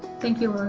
thank you,